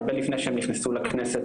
הרבה לפני שהם נכנסו לכנסת,